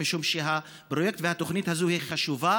משום שהפרויקט והתוכנית הזאת חשובים